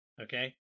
okay